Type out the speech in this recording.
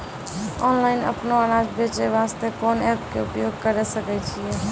Online अपनो अनाज बेचे वास्ते कोंन एप्प के उपयोग करें सकय छियै?